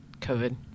COVID